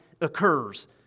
occurs